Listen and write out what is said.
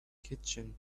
kitchen